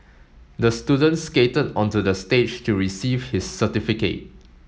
the student skated onto the stage to receive his certificate